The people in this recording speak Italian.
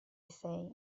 sei